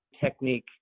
technique